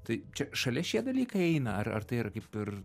tai čia šalia šie dalykai eina ar ar tai yra kaip ir